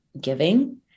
giving